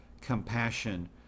compassion